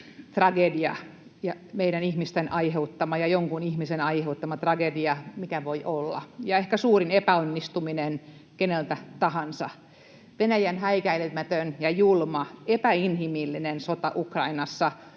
tragedia — meidän ihmisten aiheuttama ja jonkun ihmisen aiheuttama — mikä voi olla, ja ehkä suurin epäonnistuminen keneltä tahansa. Venäjän häikäilemätön ja julma, epäinhimillinen sota Ukrainassa